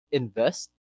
invest